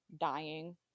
dying